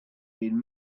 been